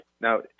Now